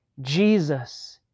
Jesus